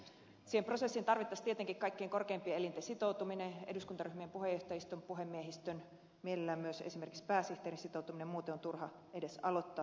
siihen prosessiin tarvittaisiin tietenkin kaikkein korkeimpien elinten sitoutuminen eduskuntaryhmien puheenjohtajiston puhemiehistön mielellään myös esimerkiksi pääsihteerin sitoutuminen muuten on turha edes aloittaa tuota työtä